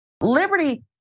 Liberty